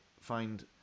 find